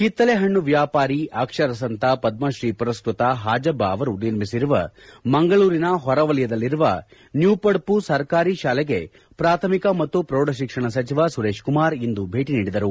ಕಿತ್ತಳೆ ಹಣ್ಣು ವ್ಯಾಪಾರಿ ಅಕ್ಷರಸಂತ ಪದ್ರತೀ ಪುರಸ್ಕೃತ ಹಾಜಬ್ಬ ಅವರು ನಿರ್ಮಿಸಿರುವ ಮಂಗಳೂರಿನ ಹೊರವಲಯದಲ್ಲಿರುವ ನ್ಮೂಪಡ್ಪು ಸರ್ಕಾರಿ ಶಾಲೆಗೆ ಪ್ರಾಥಮಿಕ ಮತ್ತು ಪ್ರೌಢ ಶಿಕ್ಷಣ ಸಚಿವ ಸುರೇಶ್ ಕುಮಾರ್ ಇಂದು ಭೇಟಿ ನೀಡಿದರು